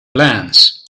plans